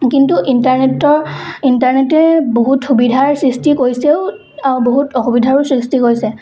কিন্তু ইণ্টাৰনেটৰ ইণ্টাৰনেটে বহুত সুবিধাৰ সৃষ্টি কৰিছেও আৰু বহুত অসুবিধাৰো সৃষ্টি কৰিছে